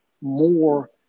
more